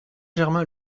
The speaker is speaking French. germain